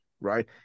right